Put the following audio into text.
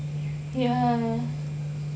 ya